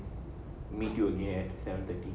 you only at seven thirty